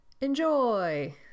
Enjoy